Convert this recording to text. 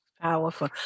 powerful